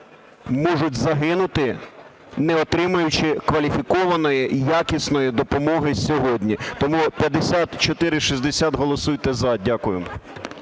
можуть загинути, не отримавши кваліфікованої, якісної допомоги сьогодні. Тому 5460 – голосуйте "за". Дякую.